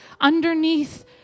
underneath